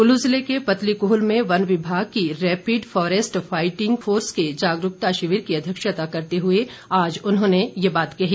कुल्लू जिले के पतली कूहल में वन विमाग की रैपिड फारेस्ट फाईटिंग फोर्स के जागरूकता शिविर की अध्यक्षता करते हुए आज उन्होंने ये बात कही